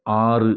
ஆறு